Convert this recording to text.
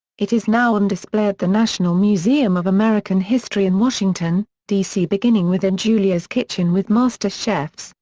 it is now on display at the national museum of american history in washington, d c. beginning with in julia's kitchen with master chefs,